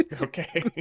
Okay